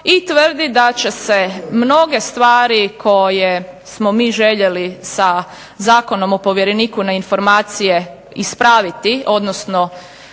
i tvrdi da će se mnoge stvari koje smo mi željeli sa Zakonom o povjereniku na informacije ispraviti odnosno